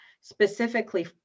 specifically